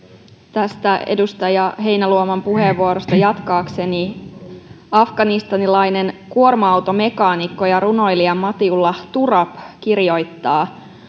tästä edustaja heinäluoman puheenvuorosta jatkaakseni afganistanilainen kuorma automekaanikko ja runoilija matiullah turab kirjoittaa